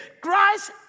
Christ